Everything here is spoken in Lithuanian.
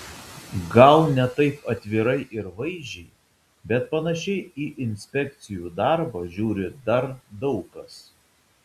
gal ne taip atvirai ir vaizdžiai bet panašiai į inspekcijų darbą žiūri dar daug kas